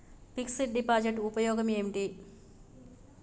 Fix డ్ deposit ఉపయోగం ఏంటి?